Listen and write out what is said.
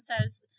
says